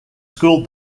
schooled